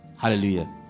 hallelujah